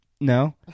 No